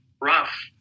rough